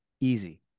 easy